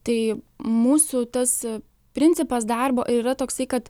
tai mūsų tas principas darbo yra toksai kad